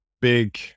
big